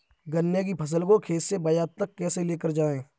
गन्ने की फसल को खेत से बाजार तक कैसे लेकर जाएँ?